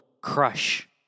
crush